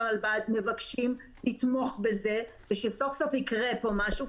כרלב"ד מבקשים לתמוך בזה ושסוף-סוף יקרה פה משהו,